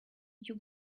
you